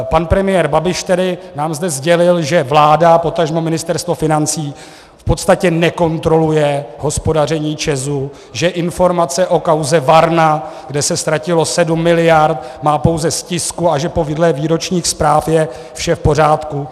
Pan premiér Babiš nám dnes sdělil, že vláda, potažmo Ministerstvo financí, v podstatně nekontroluje hospodaření ČEZu, že informace o kauze Varna, kde se ztratilo sedm miliard, má pouze z tisku a že podle výročních zpráv je vše v pořádku.